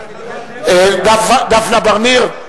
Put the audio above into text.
דפנה בר-ניר?